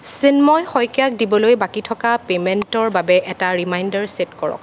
চিন্ময় শইকীয়াক দিবলৈ বাকী থকা পে'মেণ্টৰ বাবে এটা ৰিমাইণ্ডাৰ চে'ট কৰক